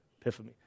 epiphany